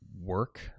work